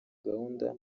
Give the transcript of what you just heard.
gahunda